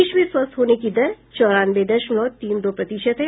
देश में स्वस्थ होने की दर चौरानवे दशमलव तीन दो प्रतिशत है